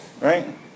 Right